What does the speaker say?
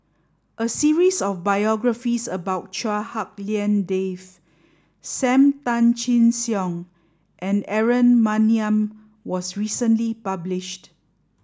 a series of biographies about Chua Hak Lien Dave Sam Tan Chin Siong and Aaron Maniam was recently published